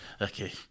okay